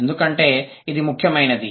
ఎందుకంటే ఇది ముఖ్యమైనది